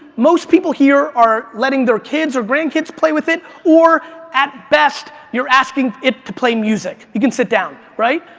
most people here are letting their kids or grandkids play with it or, at best, you're asking it to play music. you can sit down. right?